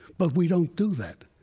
but we don't do that.